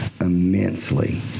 immensely